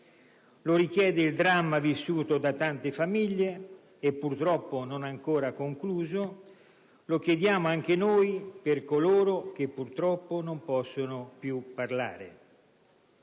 Lo richiede il dramma vissuto da tante famiglie, e purtroppo non ancora concluso, lo chiediamo anche noi per coloro che purtroppo non possono più parlare.